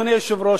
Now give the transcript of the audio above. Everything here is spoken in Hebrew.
אדוני היושב-ראש,